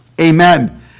Amen